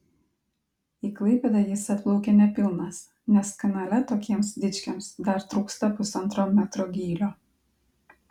į klaipėdą jis atplaukė nepilnas nes kanale tokiems dičkiams dar trūksta pusantro metro gylio